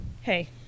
Hey